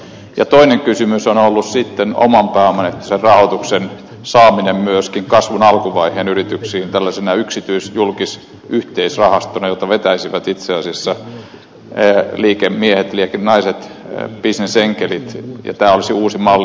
ja toinen kysymys on sitten ollut oman pääomaehtoisen rahoituksen saaminen myöskin kasvun alkuvaiheen yrityksiin yksityis julkisena yhteisrahastona jota vetäisivät itse asiassa liikemiehet liikenaiset bisnesenkelit ja tämä olisi uusi malli myöskin